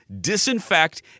disinfect